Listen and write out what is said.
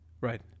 Right